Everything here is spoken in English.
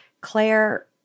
Claire